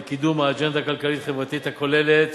לקידום האג'נדה הכלכלית-חברתית הכוללת